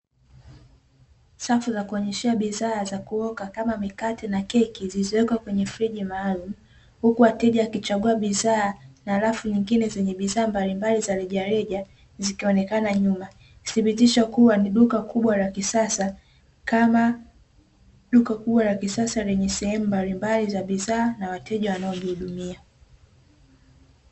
Safu za kuonyeshea bidhaa za kuoka kama mikate na keki zilizowekwa kwenye friji maalum, huku wateja wakichagua bidhaa na rafu nyingine zenye bidhaa mbalimbali za rejareja zikionekana nyuma, inathibitisha kuwa ni duka kubwa la kisasa lenye sehemu mbalimbali za bidhaa na wateja wanaojihudumia